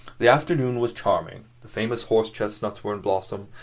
the afternoon was charming, the famous horse chestnuts were in blossom,